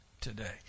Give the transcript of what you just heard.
today